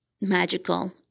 magical